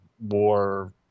War